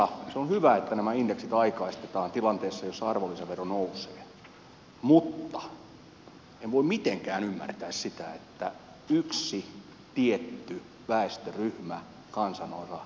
se on hyvä että nämä indeksit aikaistetaan tilanteessa jossa arvonlisävero nousee mutta en voi mitenkään ymmärtää sitä että yksi tietty väestöryhmä kansanosa jätetään tämän korotuksen ulkopuolelle